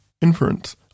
Inference